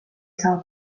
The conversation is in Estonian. saa